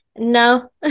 No